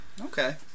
Okay